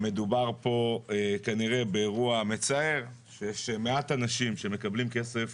מדובר פה כנראה באירוע מצער שמעט אנשים שמקבלים כסף